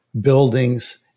buildings